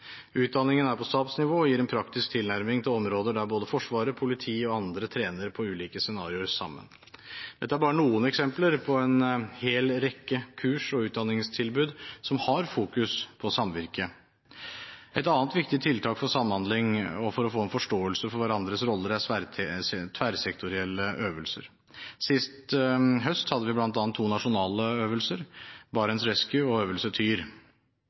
Utdanningen er på statsnivå og gir en praktisk tilnærming til områder der både Forsvaret, politiet og andre trener på ulike scenarioer samtidig. Dette er bare noen eksempler på en hel rekke kurs og utdanningstilbud som har fokus på samvirke. Et annet viktig tiltak for samhandling og for å få en forståelse for hverandres roller er tverrsektorielle øvelser. Sist høst hadde vi bl.a. to nasjonale øvelser: Barents Rescue og Øvelse Tyr.